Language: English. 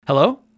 Hello